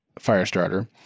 Firestarter